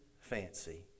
fancy